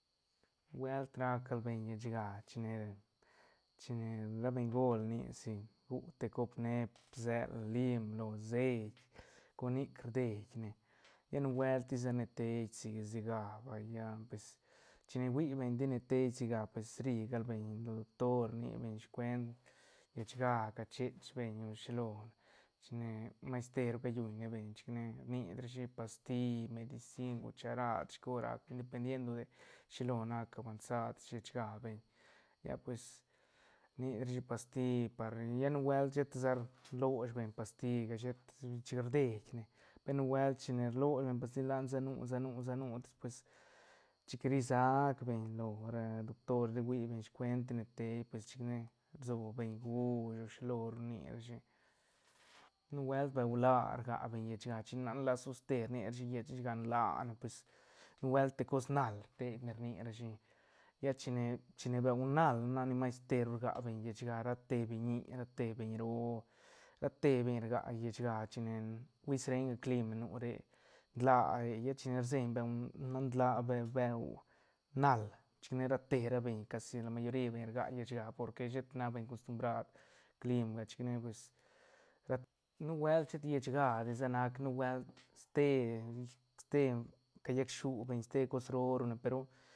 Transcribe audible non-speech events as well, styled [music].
nubuelt rac gal beñ llechga chine- chine ra bengol rni si gu te cop neep bsel lim lone seit con nic rdeine lla nubuelt ti sa ne teid si- si ga vay lla pues chine hui beñ ti ne tei shiga pues ri gal lo doctor rni beñ shicuent llechga cachen beñ o shi lo ne chine mas teru callunne beñ chic ne rnirashi pasti medicin cucharad shi cos rac beñ dependiendo de shilo nac avansad llechga beñ lla pues rnic rashi pasti par lla nubuelt sheta sa ralosh beñ pasti ga shet [unintelligible] chin rdeine per nubuelt chine rlosh beñ pasti la ne senu- senu- senu tis pues chic ri sac beñ lo ra doctor ten rui beñ shicuent ti ne teid pues chic ne rsob beñ juish o shilo rni rashi nubuelt beu laa rga beñ llechga chin nan laa toste rni rashi llechga laa ne pues nubuelt te cos nal teine rnirashi ya chine- chine bue nal nac ni maisteru rga beñ llechga ra te biñi ra te beñ roo ra te beñ rga llechga chine hui srenga clim nu re nlaa re lla chine rseñ beu laa be- beu nal chicne ra te ra beñ casi la mayori beñ rga llechga porque sheta nac beñ acostumdrad climga chic ne pues rat nubuelt shet llechga di sa nac nubuelt ste e- ste ca llac shuu beñ ste cos roo ru ne pe ru.